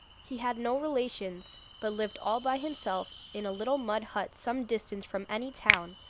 he had no relations, but lived all by himself in a little mud hut some distance from any town,